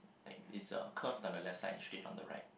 like it's a curve on the left side straight on the right